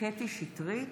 קטי קטרין שטרית,